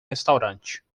restaurante